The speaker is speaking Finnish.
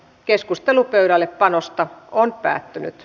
keskustelu pöydällepanosta päättyi